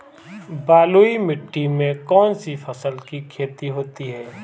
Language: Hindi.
बलुई मिट्टी में कौनसी फसल की खेती होती है?